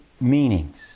meanings